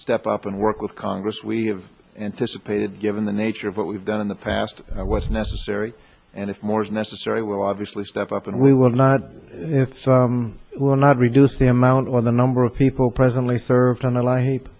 step up and work with congress we have anticipated given the nature of what we've done in the past was necessary and if more is necessary will obviously step up and we will not will not reduce the amount or the number of people presently served on